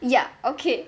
ya okay